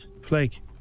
Flake